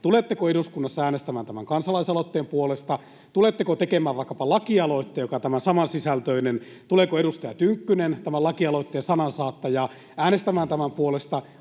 Tuletteko eduskunnassa äänestämään tämän kansalaisaloitteen puolesta? Tuletteko tekemään vaikkapa lakialoitteen, joka on samansisältöinen? Tuleeko edustaja Tynkkynen, tämän lakialoitteen sanansaattaja, äänestämään tämän puolesta?